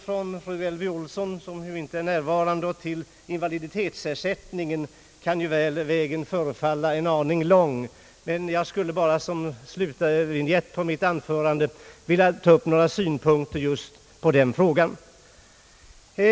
Från fru Elvy Olsson, som alltså inte är närvarande, och till invaliditetsersättningen kan ju vägen förefalla en aning lång. Men jag skulle Statsverkspropositionen m.m. vilja ta upp några synpunkter just på den frågan.